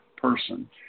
person